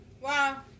Wow